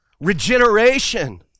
regeneration